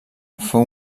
fou